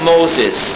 Moses